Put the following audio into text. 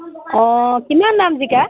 অঁ কিমান দাম জিকা